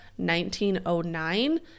1909